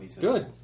Good